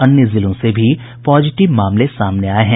अन्य जिलों से भी पॉजिटिव मामले सामने आये हैं